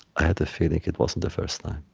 i had the feeling it wasn't the first time,